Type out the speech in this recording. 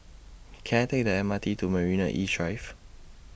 Can I Take The M R T to Marina East Drive